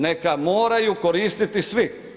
Neka, moraju koristiti svi.